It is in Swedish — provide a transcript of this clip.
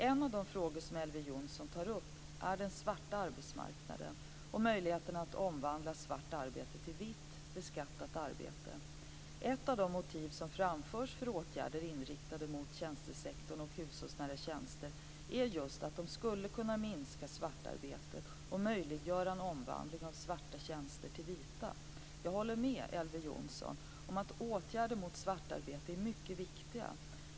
En av de frågor som Elver Jonsson tar upp är den svarta arbetsmarknaden och möjligheterna att omvandla svart arbete till vitt beskattat arbete. Ett av de motiv som framförs för åtgärder inriktade mot tjänstesektorn och hushållsnära tjänster är just att de skulle kunna minska svartarbetet och möjliggöra en omvandling av svarta tjänster till vita. Jag håller med Elver Jonsson om att åtgärder mot svartarbete är mycket viktiga.